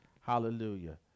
Hallelujah